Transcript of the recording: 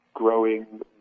growing